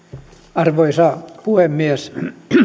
arvoisa puhemies